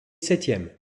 septième